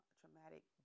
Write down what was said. traumatic